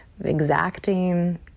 exacting